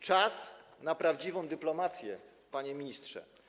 Czas na prawdziwą dyplomację, panie ministrze.